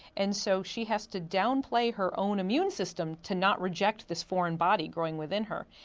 and so she has to downplay her own immune system to not reject this foreign body growing within her.